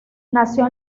nació